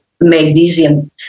magnesium